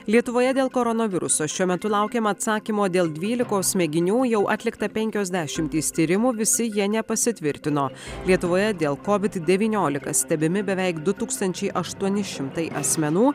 lietuvoje dėl koronaviruso šiuo metu laukiama atsakymo dėl dvylikos mėginių jau atlikta penkios dešimtys tyrimų visi jie nepasitvirtino lietuvoje dėl covid devyniolika stebimi beveik du tūkstančiai aštuoni šimtai asmenų